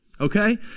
Okay